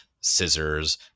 scissors